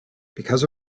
because